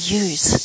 use